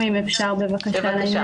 בבקשה.